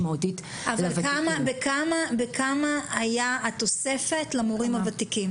כמה הייתה התוספת למורים הוותיקים?